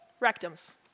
rectums